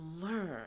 learn